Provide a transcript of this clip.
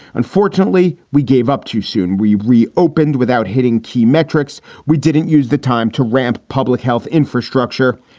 unfortunately, we gave up too soon. we reopened without hitting key metrics. we didn't use the time to ramp public health infrastructure.